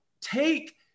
take